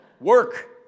Work